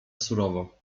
surowo